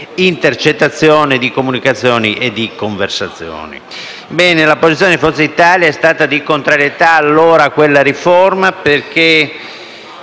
intercettazioni di comunicazioni e conversazioni. Bene, la posizione di Forza Italia è stata di contrarietà allora a quella riforma, perché